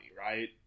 right